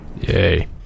Yay